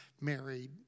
married